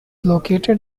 located